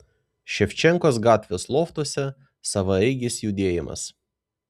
ševčenkos gatvės loftuose savaeigis judėjimas